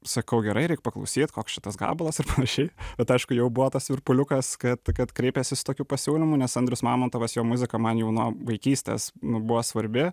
sakau gerai reik paklausyt koks čia tas gabalas ir panašiai bet aišku jau buvo tas virpuliukas kad kad kreipėsi su tokiu pasiūlymu nes andrius mamontovas jo muzika man jau nuo vaikystės nu buvo svarbi